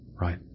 right